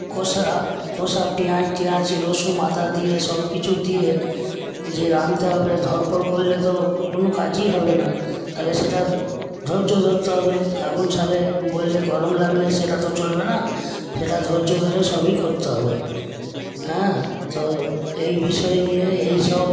কষা কষা পেঁয়াজ টেয়াজ রসুন আদা দিয়ে সবকিছু দিয়ে যে রাঁধতে হবে ধড়ফড় করলে তো কোনো কাজই হবে না তাহলে সেটা ধৈর্য ধরতে হবে আগুনশালে বললে গরম লাগলে সেটা তো চলবে না সেটা ধৈর্য ধরে সবই করতে হবে তো এই বিষয় নিয়ে এইসব